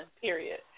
Period